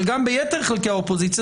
אבל גם ביתר חלקי האופוזיציה,